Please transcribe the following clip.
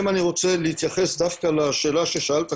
אם אני רוצה להתייחס דווקא לשאלה ששאלת,